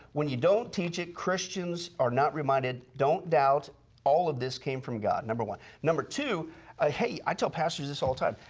when you don't teach it christians are not reminded, don't doubt all of this came from god number one. number two ah hey, i tell pastors this all the time,